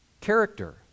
character